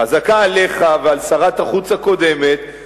חזקה עליך ועל שרת החוץ הקודמת,